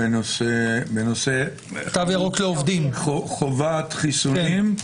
בנושא חובת חיסונים.